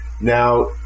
Now